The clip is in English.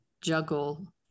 juggle